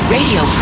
Radio